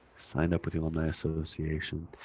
sign up with the alumni association.